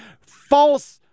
false